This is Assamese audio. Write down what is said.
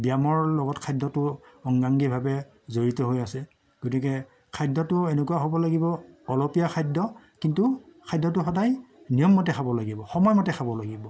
ব্যায়ামৰ লগত খাদ্যটো অংগাংগীভাৱে জড়িত হৈ আছে গতিকে খাদ্যটো এনেকুৱা হ'ব লাগিব অলপীয়া খাদ্য কিন্তু খাদ্যটো সদায় নিয়মমতে খাব লাগিব সময়মতে খাব লাগিব